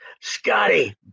scotty